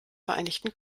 vereinigten